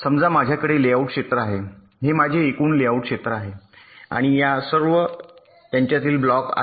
समजा माझ्याकडे लेआउट क्षेत्र आहे हे माझे एकूण लेआउट क्षेत्र आहे आणि सर्व यांच्यातील ब्लॉक आहेत